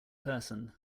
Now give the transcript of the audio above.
person